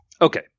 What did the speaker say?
okay